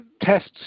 tests